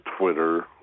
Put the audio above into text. Twitter